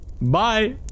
Bye